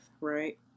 right